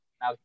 now